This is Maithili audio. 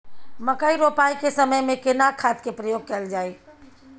मकई रोपाई के समय में केना खाद के प्रयोग कैल जाय?